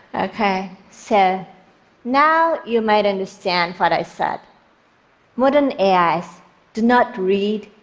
ok, so now you might understand what i said modern ais do not read,